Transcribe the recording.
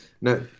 No